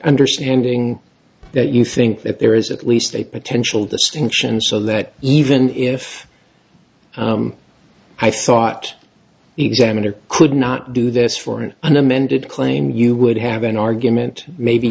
understanding that you think that there is at least a potential distinction so that even if i thought examiners could not do this for an an amended claim you would have an argument maybe